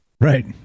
Right